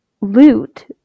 loot